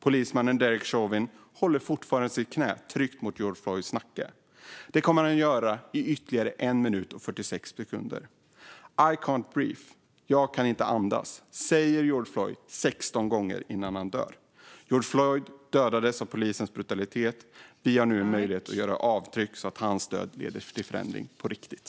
Polismannen Derek Chauvin håller fortfarande sitt knä hårt tryckt mot George Floyds nacke. Det kommer han att göra i ytterligare en minut och 46 sekunder. "I can't breathe", jag kan inte andas, säger George Floyd 16 gånger innan han dör. George Floyd dödades av polisen brutalitet. Vi har nu möjlighet att göra avtryck så att hans död leder till förändring på riktigt.